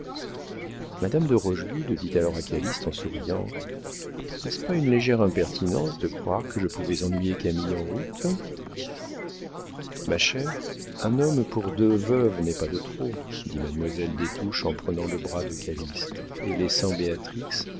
madame de rochegude dit alors à calyste en souriant n'est-ce pas une légère impertinence de croire que je pouvais ennuyer camille en route ma chère un homme pour deux veuves n'est pas de trop dit mademoiselle des touches en prenant le bras de calyste et laissant